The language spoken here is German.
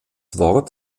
wort